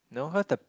no